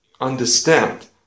understand